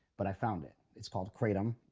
but i found it. it's called kratom.